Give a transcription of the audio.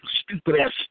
stupid-ass